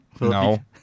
No